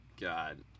God